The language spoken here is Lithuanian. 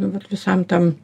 vat visam tam